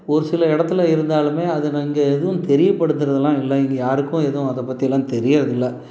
ஒரு சில இடத்துல இருந்தாலும் அதில் இங்கே எதுவும் தெரியப்படுத்துறதெலாம் இல்லை இது யாருக்கும் எதுவும் அதை பற்றியெல்லாம் தெரியிறதில்லை